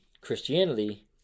Christianity